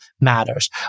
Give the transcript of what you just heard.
matters